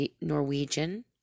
Norwegian